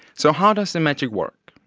so how does the magic work?